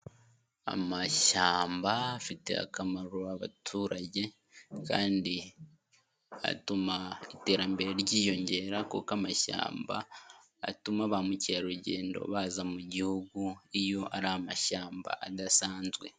Amashyamba afiteye akamaro abaturage kandi atuma iterambere ryiyongera kuko amashyamba atuma ba mukerarugendo baza mu gihugu iyo ari amashyamba adasanzwe.